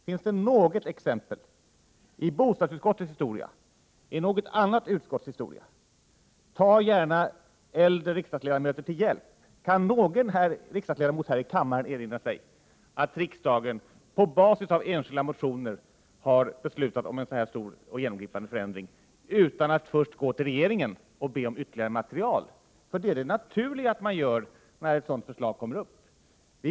Finns det något exempel i bostadsutskottets historia eller i något annat utskotts historia? Ta gärna äldre riksdagsledamöter till hjälp! Kan någon riksdagsledamot här i kammmaren erinra sig att riksdagen på basis av enskilda motioner har beslutat om en så stor och genomgripande förändring, utan att först gå till regeringen och be om ytterligare material? Det är naturligt när ett sådant förslag kommer upp.